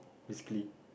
basically